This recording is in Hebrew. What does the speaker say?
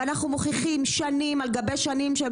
ואנחנו מוכיחים שנים על גבי שנים שהם